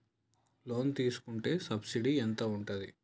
Loan తీసుకుంటే subsidy ఎంత ఉంటది?